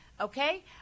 Okay